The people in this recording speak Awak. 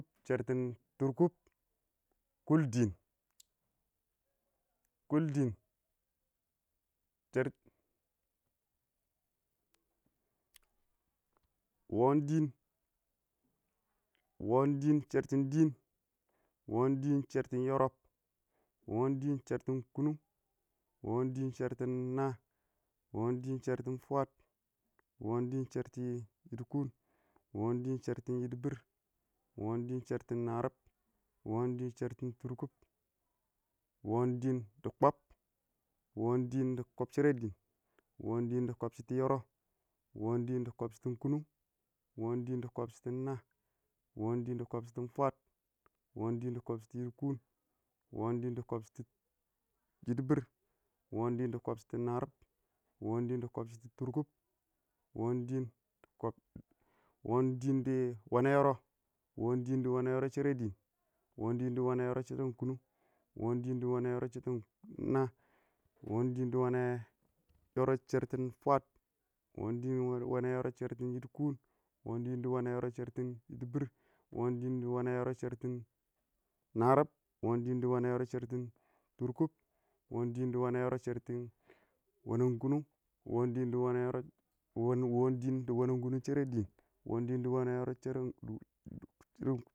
shɛrtɪn turkub, kul dɪɪn, wɔɔn dɪɪn shertɪn dɪɪn shɛrtɪn yʊrʊb wɔɔn dɪɪn shɛrtɪn kʊnʊng, wɔɔn dɪɪn shɛrtɪn nəəh wɔɔn dɪɪn shɛrtin fwaəd wɔɔn dɪɪ shɛrtʊ yiɪdɪkʊn, wɔɔn dɪn shɛrtʊn yɪdɪbɪr wɔɔn dɪɪn shɛrtʊn narɪb wɔɔn dɪɪn shɛrtʊn tʊrkʊb wɔɔm dɪɪn dɪ kɔb wɔɔndɪn dɪ kɔb shɛrɛ dɪɪn, wɔɔn dɪɪn shɛrtin dɪ yɔroBb wɔɔn dɪn dɪ kɔb shɪtɪn kʊnʊn, wɔɔn dɪɪn dɪ kɔb shɪtɪn nəəh wɔɔn dɪɪn dɪ kɔbshɪtɪn nəəh wɔɔn dɪɪn dɪ kɔbshɪ fwaad wɔɔn dɪɪn dɪ kɔbshɪtʊ yɪdɪkuun, wɔɔn dɪɪn dɪ kɔbshɪtɪ yidibir, wɔɔn dɪɪn dɪ kobshiti narb, wɔɔn dɪɪn dɪ kɔbshitɪ turkub. wɔɔn wɛnɛn yɔrɔn dɪ shɛrɛ dɪɪn, wɔɔn wanɛ yɔrɔb shɪdo yɔrɔb wɔɔm wanɛ yɔrʊb shɛrtɪn dɪ nəəh wɔɔ wɔna yɔrɛb shɛrtɪn dɪ fwaəd wɔɔn wanɛ yɔrɔb shɛrtɪn yiɪdɪkʊn wɔɔn wəntɔ yɔrɔb shɛrtɪn dɪ yɪ dɪbɪr wɔɔn dɪn shɛrtɪn dɪɪ wɔn yɔrɔbbɛ wɔɔm dɪɪn shɛrtɪn dɪ wanɛ yɔrʊb dɪ tʊrkʊb wɔɔn dɪn shɛrtɪn dɪ wɔnɛn kʊnʊn wɔɔn dʊn dɪ